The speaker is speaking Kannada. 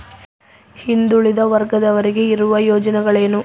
ಹಿಂದುಳಿದ ವರ್ಗದವರಿಗೆ ಇರುವ ಯೋಜನೆಗಳು ಏನು?